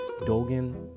Dolgan